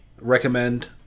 recommend